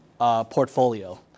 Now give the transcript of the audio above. portfolio